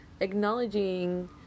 acknowledging